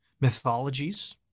mythologies